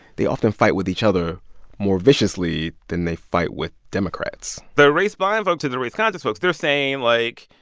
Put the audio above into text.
they often fight with each other more viciously than they fight with democrats the race-blind folk to the race-conscious folks they're saying, like,